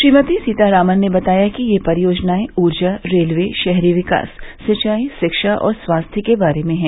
श्रीमती सीतारामन ने बताया कि ये परियोजनाएं ऊर्जा रेलवे शहरी विकास सिंचाई शिक्षा और स्वास्थ्य के बारे में हैं